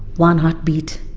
one heartbeat,